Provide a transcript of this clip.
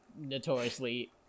notoriously